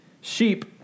Sheep